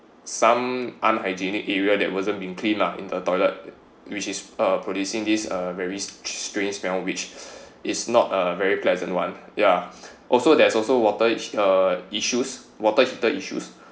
some unhygienic area that wasn't been clean lah in the toilet which is uh producing these uh very strange smell which is not a very pleasant one ya also there's also water is~ uh issues water heater issues